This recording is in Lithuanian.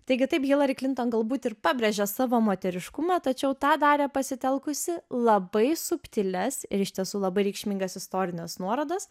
taigi taip hilari klinton galbūt ir pabrėžė savo moteriškumą tačiau tą darė pasitelkusi labai subtilias ir iš tiesų labai reikšmingas istorines nuorodas